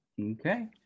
Okay